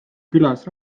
külas